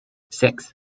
six